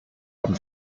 haben